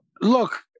look